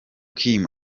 kim